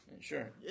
Sure